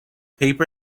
paper